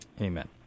Amen